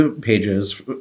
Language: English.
pages